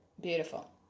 Beautiful